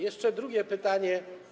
Jeszcze drugie pytanie.